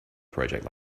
project